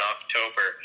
October